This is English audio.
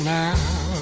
now